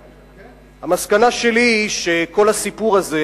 המסקנה שלי היא שכל הסיפור הזה